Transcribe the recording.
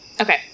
Okay